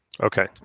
Okay